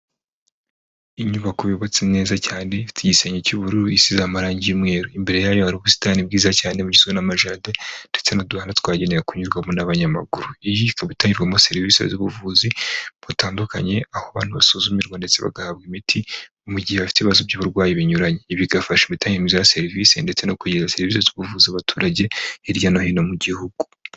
Inyubako yubatse neza cyane ifite igisenge cy'ubururu isize amara y'umweru imbere yayo hari ubusitani bwiza cyane bugizwe n'amajaride ndetse n'uduhandaa twagenewe kunyuzwamo n'abanyamaguru iyi ikaba itangirwarwamo serivisi z'ubuvuzi butandukanye aho bantu basuzumirwa ndetse bagahabwa imiti mu gihe bafite ibibazo by'uburwayi binyuranye, bigafasha imitangire ya serivisi ndetse no kugeza sevisi zo kuvuza abaturage hirya no hino mu gihugu